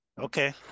Okay